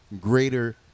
Greater